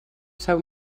seu